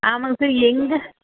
ஆமாங்க சார் எங்கள்